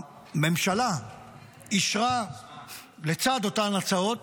הממשלה אישרה לצד אותן הצעות